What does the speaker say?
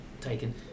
taken